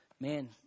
man